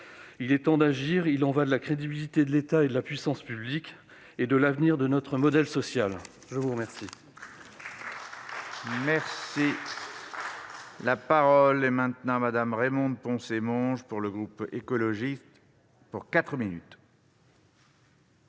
Il est temps d'agir. Il y va de la crédibilité de l'État, de la puissance publique et de l'avenir de notre modèle social. La parole